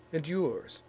and yours,